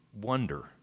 wonder